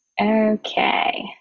Okay